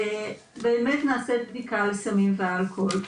באמת נעשית בדיקה לסמים ואלכוהול.